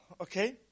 Okay